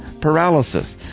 paralysis